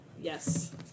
Yes